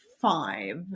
five